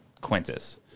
Quintus